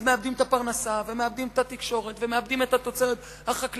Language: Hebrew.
אז מאבדים את הפרנסה ומאבדים את התקשורת ומאבדים את התוצרת החקלאית,